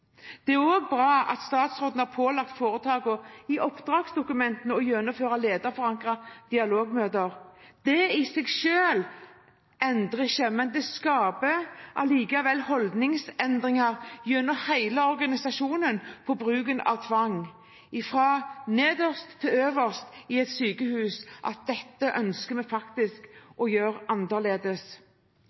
Det er også bra at statsråden i oppdragsdokumentene har pålagt helseforetakene å gjennomføre lederforankrede dialogmøter. Det i seg selv endrer ikke noe, men det skaper allikevel holdningsendringer gjennom hele organisasjonen når det gjelder bruken av tvang – fra nederst til øverst i et sykehus – og at dette er noe man ønsker å gjøre annerledes.